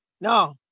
No